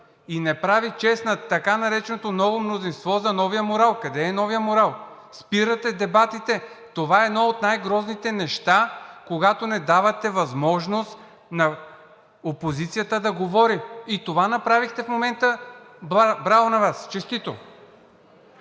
И не прави чест на така нареченото „ново мнозинство“ за новия морал. Къде е новият морал? Спирате дебатите – това е едно от най-грозните неща, когато не давате възможност на опозицията да говори. И това направихте в момента. Браво на Вас! Честито.